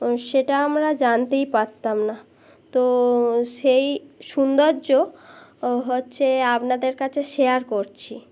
সেটা আমরা জানতেই পারতাম না তো সেই সৌন্দর্য হচ্ছে আপনাদের কাছে শেয়ার করছি